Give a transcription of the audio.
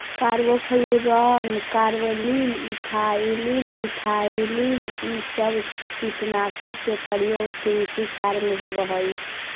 carbofuran, carbaryl, ethylene, methylene इ सब कीटनाशक के प्रयोग कृषि कार्य में होवऽ हई